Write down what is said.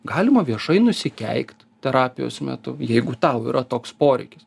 galima viešai nusikeikt terapijos metu jeigu tau yra toks poreikis